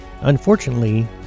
Unfortunately